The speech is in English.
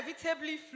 inevitably